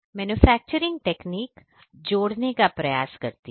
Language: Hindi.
मैन्युफैक्चरिंग टेक्निक जोड़ने का प्रयास करती है